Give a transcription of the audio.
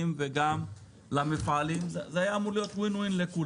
וגם למפעלים וזה היה אמור להיות מצב שווה לכולם